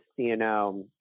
CNO